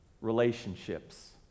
relationships